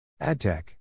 AdTech